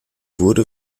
wurde